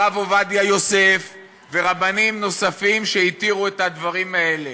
הרב עובדיה יוסף ורבנים נוספים שהתירו את הדברים האלה.